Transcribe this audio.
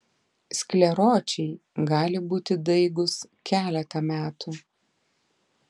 skleročiai gali būti daigūs keletą metų